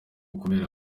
kubera